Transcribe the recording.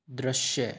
दृश्य